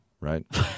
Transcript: right